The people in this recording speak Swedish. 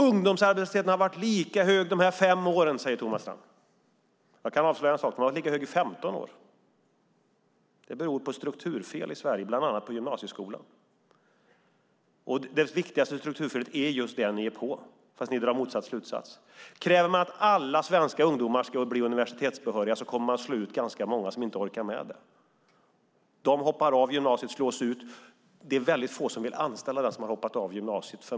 Ungdomsarbetslösheten har varit lika hög i fem år, säger Thomas Strand. Jag kan avslöja att den har varit lika hög i 15 år. Det beror på strukturfel i Sverige, bland annat på gymnasieskolan. Det viktigaste strukturfelet är just det ni är på fast ni drar motsatt slutsats. Kräver man att alla svenska ungdomar ska bli universitetsbehöriga kommer man att slå ut ganska många som inte orkar. De hoppar av gymnasiet och slås ut. Få vill anställa den som har hoppat av gymnasiet.